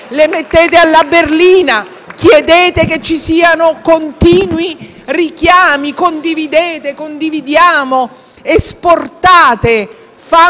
le mettete alla berlina, chiedete che ci siano continui richiami («condividete!», «condividiamo!»), esportate